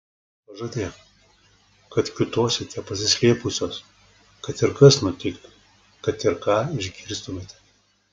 pažadėk kad kiūtosite pasislėpusios kad ir kas nutiktų kad ir ką išgirstumėte